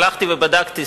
הלכתי ובדקתי,